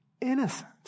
innocent